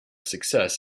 success